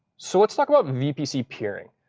so let's talk about vpc peering.